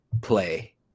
play